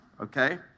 okay